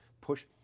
push